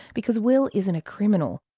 because will isn't a criminal.